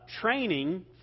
training